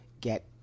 get